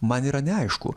man yra neaišku